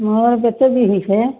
মোৰ পেটটো বিষ হৈছে